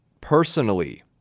personally